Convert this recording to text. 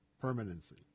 permanency